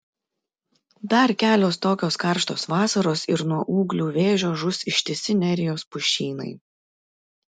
dar kelios tokios karštos vasaros ir nuo ūglių vėžio žus ištisi nerijos pušynai